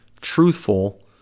truthful